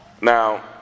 Now